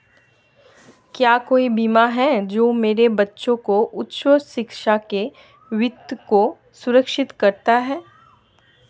क्या कोई बीमा है जो मेरे बच्चों की उच्च शिक्षा के वित्त को सुरक्षित करता है?